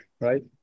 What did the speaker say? right